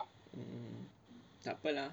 mm tak apa lah